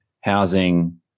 housing